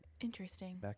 Interesting